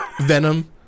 Venom